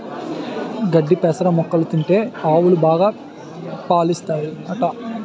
గడ్డి పెసర మొక్కలు తింటే ఆవులు బాగా పాలుస్తాయట